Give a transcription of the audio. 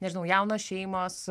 nežinau jaunos šeimos